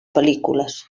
pel·lícules